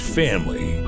family